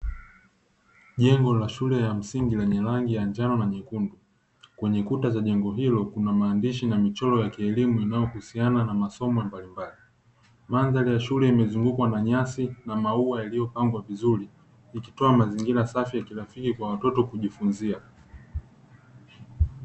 Jengo la shule ya msingi lenye rangi ya njano na nyekundu, kwenye kuta za jengo hilo kuna maandishi na michoro ya kielimu inayohusiana na masomo mbalimbali, mandhari ya shule imezungukwa na nyasi na maua yaliyopandwa vizuri, ikitoa mazingira safi na rafiki kwa watoto kujifunzia.